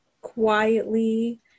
quietly